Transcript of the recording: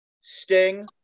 Sting